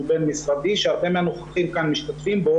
שהוא בין משרדי שהרבה מהנוכחים כאן משתתפים בו,